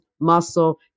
muscle